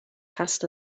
passed